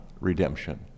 redemption